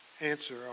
answer